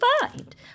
find